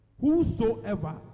whosoever